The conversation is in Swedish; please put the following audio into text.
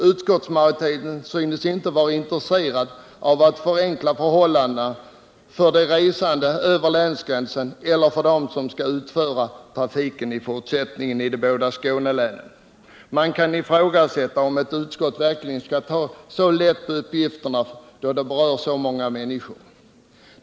Utskottsmajoriteten synes inte vara intresserad av att förenkla förhållandena för de resande över länsgränsen eller för dem som skall utforma trafiken i fortsättningen i de båda Skånelänen. Man kan fråga om ett utskott verkligen kan ta så lätt på en uppgift som berör så många människor.